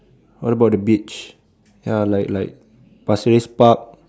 what about the beach ya like like pasir-ris park